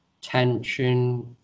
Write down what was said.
tension